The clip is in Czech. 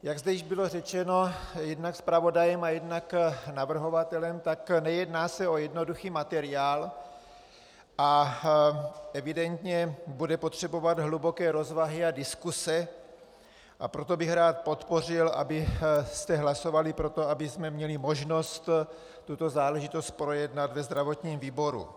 Jak zde již bylo řečeno jednak zpravodajem a jednak navrhovatelem, tak se nejedná o jednoduchý materiál a evidentně bude potřebovat hluboké rozvahy a diskuse, a proto bych rád podpořil, abyste hlasovali pro to, abychom měli možnost tuto záležitost projednat ve zdravotním výboru.